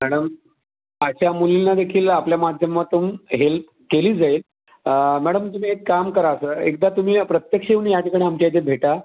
madam अशा मुलींना देखील आपल्या माध्यमातून हेल्प केली जाईल मॅडम तुम्ही एक काम करा असं एकदा तुम्ही प्रत्यक्ष येऊन या ठिकाणी आमच्या इथे भेटा